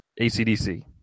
ACDC